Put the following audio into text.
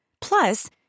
Plus